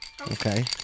okay